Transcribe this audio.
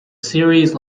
series